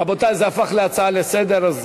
רבותי, זה הפך להצעה לסדר-היום,